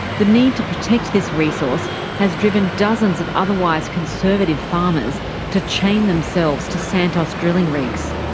the need to protect this resource has driven dozens of otherwise conservative farmers to chain themselves to santos drilling rigs.